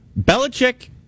Belichick